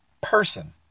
person